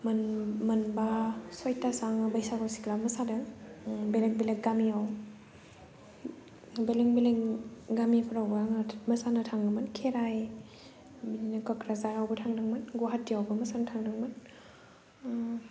मोनबा सयतासो आङो बैसागु सिख्ला मोसादों बेलेक बेलेक गामियाव बेलेक बेलेक गामिफोरावबो आङो मोसानो थाङोमोनो खेराइ बिदिनो क'क्राझारावबो थांदोंमोन गुवाहाटियावबो मोसानो थांदोंमोन